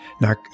Now